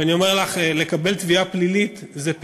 ואני אומר לך: לקבל תביעה פלילית זה חמור